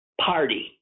party